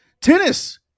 Tennis